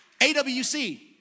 AWC